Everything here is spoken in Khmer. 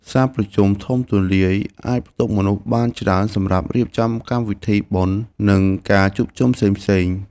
សាលប្រជុំធំទូលាយអាចផ្ទុកមនុស្សបានច្រើនសម្រាប់រៀបចំកម្មវិធីបុណ្យនិងការជួបជុំផ្សេងៗ។